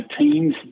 teams